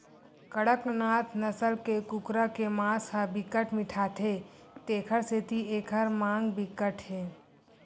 कड़कनाथ नसल के कुकरा के मांस ह बिकट मिठाथे तेखर सेती एखर मांग बिकट हे